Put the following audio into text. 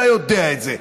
אתה יודע את זה.